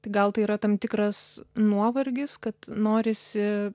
tai gal tai yra tam tikras nuovargis kad norisi